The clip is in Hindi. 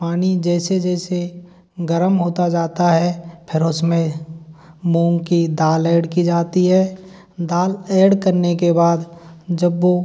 पानी जैसे जैसे गर्म होता जाता है फिर उसमें मूँग की दाल ऐड की जाती है दाल ऐड करने के बाद जब वो